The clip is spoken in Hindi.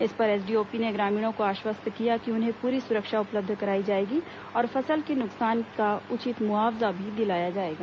इस पर एसडीओपी ने ग्रामीणों को आश्वस्त किया कि उन्हें पूरी सुरक्षा उपलब्ध कराई जाएगी और फसल के नुकसान का उचित मुआवजा भी दिलाया जाएगा